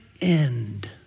end